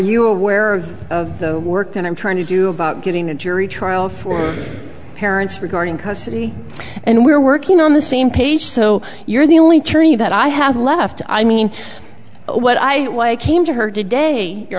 you aware of the work that i'm trying to do about getting a jury trial for parents regarding custody and we're working on the same page so you're the only tourney that i have left i mean what i came to heard today